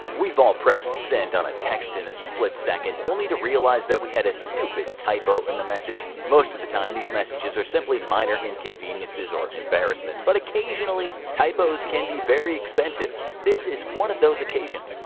we've all pressed send on a text in a split second, only to realize that we had a stupid typo in the message. most of the time, these messages are simply minor inconveniences inconveniences or embarrassments but occasionally, typos can be very expensive. this is one of those occasions.